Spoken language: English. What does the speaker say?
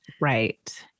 Right